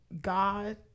God